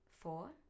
Four